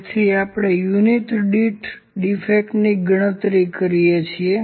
તેથી આપણે યુનિટ દીઠ ડીફેક્ટની ગણતરી કરીએ છીએ